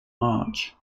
march